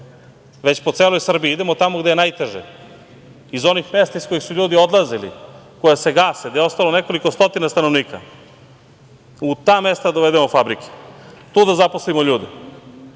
već po celoj Srbiji. Idemo tamo gde je najteže iz onih mesta iz kojih su ljudi odlazili, koja se gase, gde je ostalo nekoliko stotina stanovnika. U ta mesta da dovedemo fabrike, tu da zaposlimo ljude,